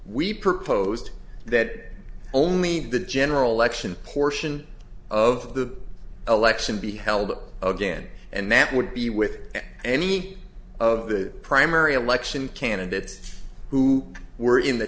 we proposed that only the general election portion of the election be held again and that would be with any of the primary election candidates who were in the